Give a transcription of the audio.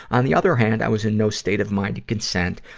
on the other hand, i was in no state of mind to consent,